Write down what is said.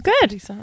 Good